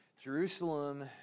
Jerusalem